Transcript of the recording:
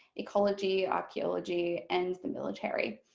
ecology, archaeology and the military.